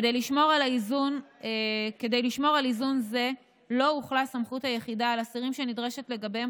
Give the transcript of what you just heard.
כדי לשמור על איזון זה לא הוחלה סמכות היחידה על אסירים שנדרשות לגביהם